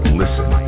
listen